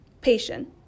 patient